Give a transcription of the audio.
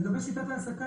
לגבי שיטת העסקה,